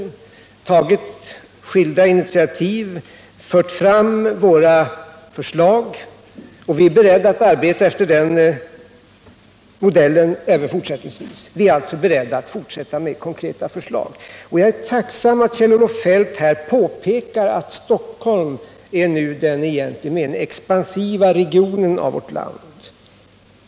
Vi har tagit skilda initiativ, fört fram våra förslag, och vi är beredda att arbeta efter den modellen även fortsättningsvis. Vi är alltså beredda att fortsätta med konkreta förslag. Jag är tacksam att Kjell-Olof Feldt påpekade att Stockholm nu är den i egentlig mening expansiva regionen i vårt land.